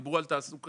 דיברו על תעסוקה,